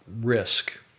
risk